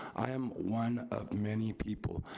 i am one of many people.